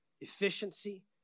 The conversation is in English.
efficiency